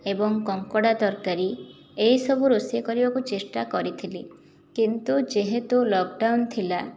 ଏବଂ କଙ୍କଡ଼ା ତରକାରୀ ଏହିସବୁ ରୋଷେଇ କରିବାକୁ ଚେଷ୍ଟା କରିଥିଲି କିନ୍ତୁ ଯେହେତୁ ଲକଡାଉନ୍ ଥିଲା